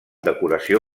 decoració